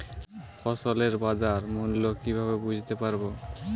ফসলের বাজার মূল্য কিভাবে বুঝতে পারব?